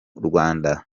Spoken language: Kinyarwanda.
rwanda